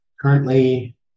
currently